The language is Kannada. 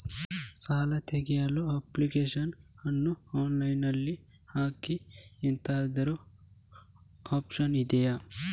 ಸಾಲ ತೆಗಿಯಲು ಅಪ್ಲಿಕೇಶನ್ ಅನ್ನು ಆನ್ಲೈನ್ ಅಲ್ಲಿ ಹಾಕ್ಲಿಕ್ಕೆ ಎಂತಾದ್ರೂ ಒಪ್ಶನ್ ಇದ್ಯಾ?